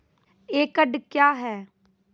एकड कया हैं?